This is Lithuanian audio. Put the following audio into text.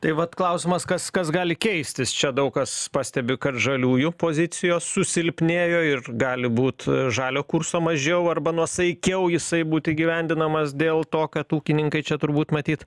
tai vat klausimas kas kas gali keistis čia daug kas pastebi kad žaliųjų pozicijos susilpnėjo ir gali būt žalio kurso mažiau arba nuosaikiau jisai būt įgyvendinamas dėl to kad ūkininkai čia turbūt matyt